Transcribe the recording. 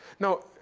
now,